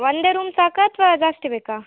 ಒಂದೇ ರೂಮ್ ಸಾಕಾ ಅಥವಾ ಜಾಸ್ತಿ ಬೇಕಾ